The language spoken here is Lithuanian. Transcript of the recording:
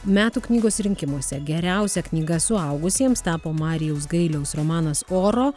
metų knygos rinkimuose geriausia knyga suaugusiems tapo marijaus gailiaus romanas oro